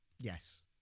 yes